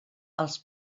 els